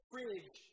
fridge